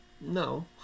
No